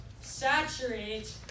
Saturate